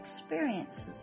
experiences